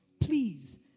Please